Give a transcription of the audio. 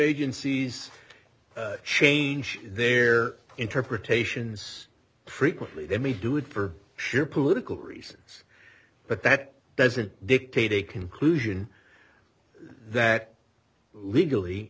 agencies change their interpretations frequently they may do it for sheer political reasons but that doesn't dictate a conclusion that legally